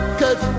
cause